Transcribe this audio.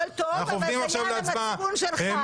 אבל זה יהיה על המצפון שלך.